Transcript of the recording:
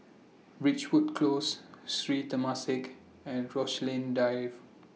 Ridgewood Close Sri Temasek and Rochalie Drive